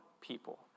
people